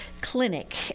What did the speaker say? Clinic